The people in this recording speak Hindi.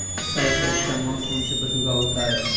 सबसे अच्छा मांस कौनसे पशु का होता है?